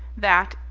that,